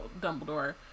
Dumbledore